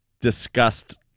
discussed